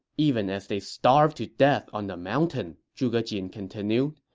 even as they starved to death on the mountain, zhuge jin continued.